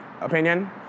opinion